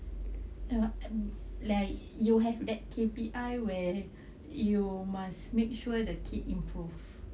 ah like you have that K_P_I where you must make sure the kid improve